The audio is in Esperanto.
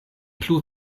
plu